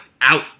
out